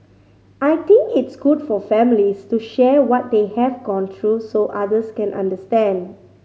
I think it's good for families to share what they have gone through so others can understand